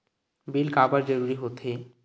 Bill काबर जरूरी होथे?